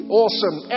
awesome